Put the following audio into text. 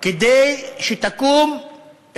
כדי שתקום,